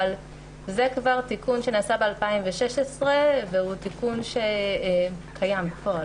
אבל זה תיקון שנעשה כבר ב-2016 והוא תיקון שקיים בפועל.